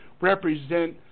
represent